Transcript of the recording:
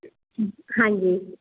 ਹਾਂਜੀ